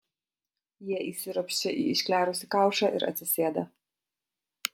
jie įsiropščia į išklerusį kaušą ir atsisėda